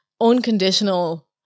unconditional